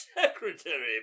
secretary